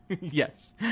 Yes